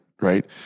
Right